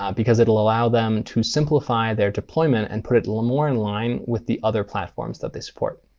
um because it will allow them to simplify their deployment and put it a little more in line with the other platforms that they support.